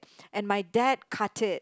and my dad cut it